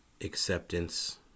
Acceptance